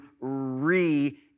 re